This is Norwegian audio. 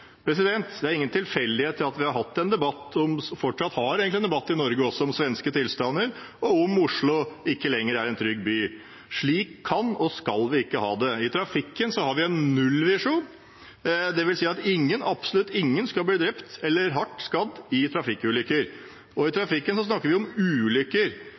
Det er ingen tilfeldighet at vi i Norge har hatt og fortsatt har en debatt om svenske tilstander og om Oslo ikke lenger er en trygg by. Slik kan og skal vi ikke ha det. I trafikken har vi en nullvisjon. Det vil si at ingen, absolutt ingen, skal bli drept eller hardt skadet i trafikkulykker. I trafikken snakker vi om ulykker.